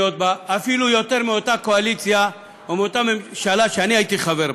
אפילו יותר מאותה קואליציה או מאותה ממשלה שאני הייתי חבר בה.